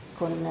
con